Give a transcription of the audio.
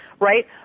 right